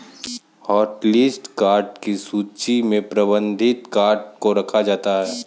hotlist card की सूची में प्रतिबंधित कार्ड को रखा जाता है